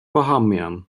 bahamian